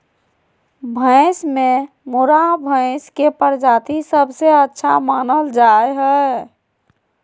भैंस में मुर्राह भैंस के प्रजाति सबसे अच्छा मानल जा हइ